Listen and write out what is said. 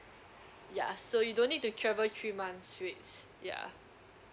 ya so you don't need to travel three months straight ya